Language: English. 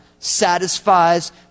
satisfies